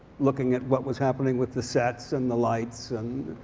looking at what was happening with the sets and the lights. and